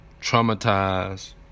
traumatized